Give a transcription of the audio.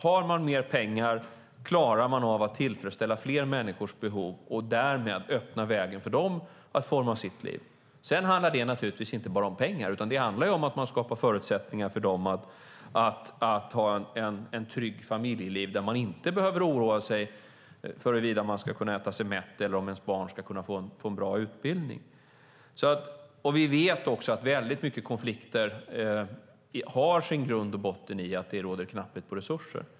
Har man mer pengar klarar man av att tillfredsställa fler människors behov, och därmed öppnar man vägen för dem att forma sina liv. Sedan handlar det naturligtvis inte bara om pengar, utan det handlar om att man skapar förutsättningar för dem att ha ett tryggt familjeliv där de inte behöver oroa sig för huruvida de ska kunna äta sig mätta eller om deras barn ska kunna få en bra utbildning. Vi vet också att många konflikter har sin grund i att det råder knapphet på resurser.